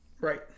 Right